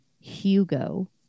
Hugo